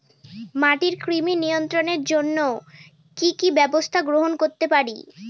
মাটির কৃমি নিয়ন্ত্রণের জন্য কি কি ব্যবস্থা গ্রহণ করতে পারি?